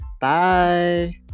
Bye